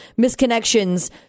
misconnections